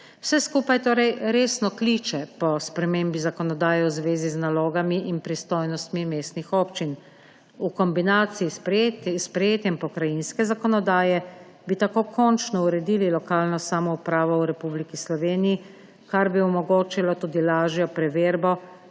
Vse skupaj torej resno kliče po spremembi zakonodaje v zvezi z nalogami in pristojnostmi mestnih občin. V kombinaciji s sprejetjem pokrajinske zakonodaje bi tako končno uredili lokalno samoupravo v Republiki Sloveniji, kar bi omogočilo tudi lažjo preverbo,